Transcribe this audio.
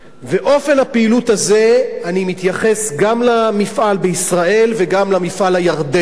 באופן הפעילות הזה אני מתייחס גם למפעל בישראל וגם למפעל הירדני.